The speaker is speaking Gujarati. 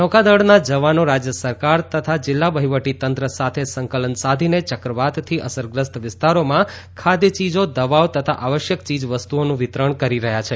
નૌકાદળના જવાનો રાજ્ય સરકાર તથા જિલ્લા વહિવટીતંત્ર સાથે સંકલન સાધીને ચક્રવાતથી અસરગ્રસ્ત વિસ્તારોમાં ખાઘચીજો દવાઓ તથા આવશ્યક ચીજવસ્તુઓનું વિતરણ કરી રહ્યા છે